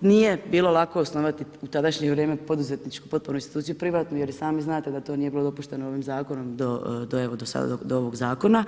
nije bilo lako osnovati, u tadašnje vrijeme, poduzetničku potpornu instituciju, privatnu, jer sami znate da to nije bilo dopušteno ovim zakonom, do evo, sada, do ovog zakona.